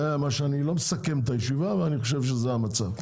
אני לא מסכם את הישיבה אבל אני חושב שזה המצב.